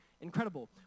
incredible